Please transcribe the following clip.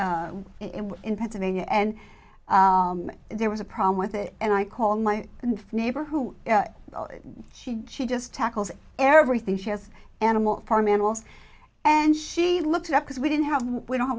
is in pennsylvania and there was a problem with it and i called my and neighbor who she she just tackles everything she has animal farm animals and she looked it up because we didn't have we don't